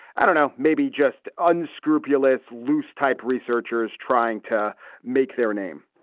i don't know, maybe just unscrupulous loose type researchers trying to make their name?